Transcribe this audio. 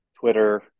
Twitter